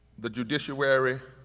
the judiciary,